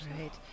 Right